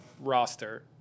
roster